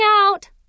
out